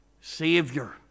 Savior